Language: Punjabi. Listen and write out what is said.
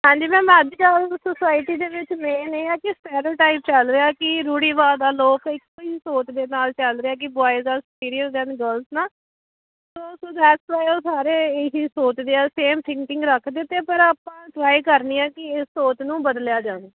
ਹਾਂਜੀ ਮੈਮ ਅੱਜ ਕੱਲ ਸੋਸਾਇਟੀ ਦੇ ਵਿੱਚ ਮੇਨ ਇਹ ਹੈ ਕਿ ਟਾਈਪ ਚੱਲ ਰਿਹਾ ਕਿ ਰੂੜੀਵਾਦ ਦਾ ਲੋਕ ਇੱਕੋ ਹੀ ਸੋਚ ਦੇ ਨਾਲ ਚੱਲ ਰਿਹਾ ਕਿ ਬੋਏ ਦਾ ਐਕਸਪੀਰੀਅੰਸ ਗਰਲਸ ਨਾ ਸਾਰੇ ਇਹੀ ਸੋਚਦੇ ਆ ਸੇਮ ਥਿੰਕਿੰਗ ਰੱਖਦੇ ਅਤੇ ਪਰ ਆਪਾਂ ਟਰਾਈ ਕਰਨੀ ਆ ਕਿ ਇਸ ਸੋਚ ਨੂੰ ਬਦਲਿਆ ਜਾਵੇ